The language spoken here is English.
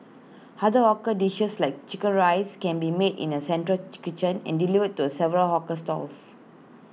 other hawker dishes like Chicken Rice can be made in A central chick kitchen and delivered to A several hawker stalls